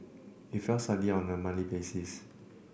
it fell slightly on a monthly basis